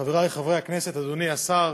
חברי חברי הכנסת, אדוני השר,